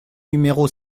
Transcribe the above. numéro